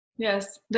Yes